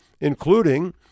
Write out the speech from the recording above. including